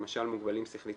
למשל מוגבלים שכלית-התפתחותית,